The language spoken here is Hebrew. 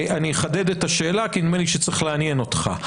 אני אחדד את השאלה כי נדמה לי שצריך לעניין אותך.